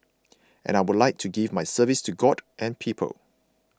and I would like to give my service to God and people